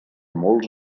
molts